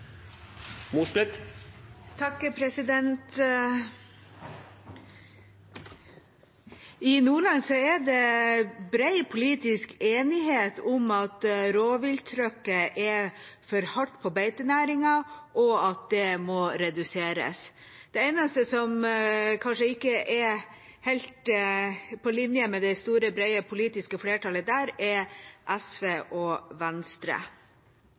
for hardt, og at det må reduseres. De eneste som kanskje ikke er helt på linje med det store, brede politiske flertallet der, er SV og Venstre.